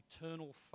eternal